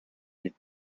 les